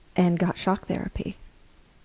and got shock therapy.